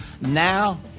Now